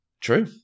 True